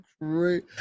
great